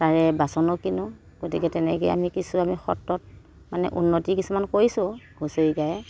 তাৰে বাচনো কিনোঁ গতিকে তেনেকেই আমি কিছু আমি সত্ৰত মানে উন্নতি কিছুমান কৰিছোঁ হুঁচৰি গায়ে